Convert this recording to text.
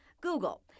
Google